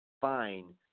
fine